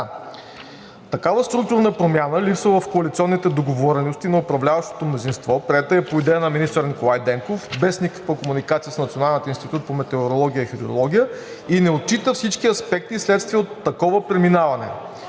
„Такава структурна промяна липсва в коалиционните договорености на управляващото мнозинство, приета е по идея на министър Николай Денков, без никаква комуникация с Националния институт по метеорология и хидрология и не отчита всички аспекти вследствие от такова преминаване.